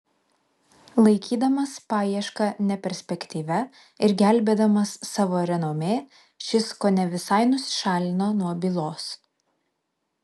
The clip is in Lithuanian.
laikydamas paiešką neperspektyvia ir gelbėdamas savo renomė šis kone visai nusišalino nuo bylos